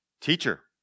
Teacher